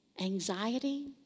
anxiety